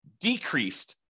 decreased